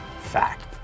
fact